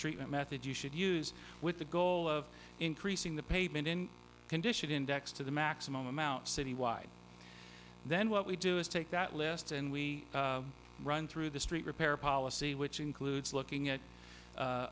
treatment method you should use with the goal of increasing the pavement in condition index to the maximum amount citywide then what we do is take that list and we run through the street repair policy which includes looking at